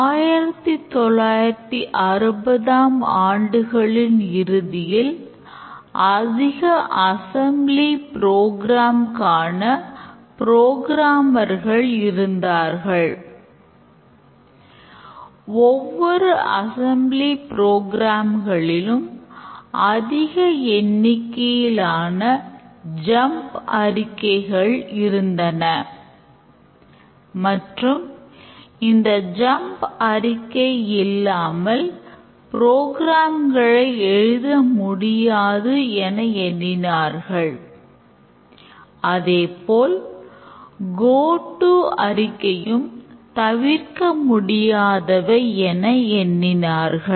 1960ம் ஆண்டுகளின் இறுதியில் அதிக அசம்பிளி ப்ரோக்ராம் அறிக்கையும் தவிர்க்க முடியாதவை என எண்ணினார்கள்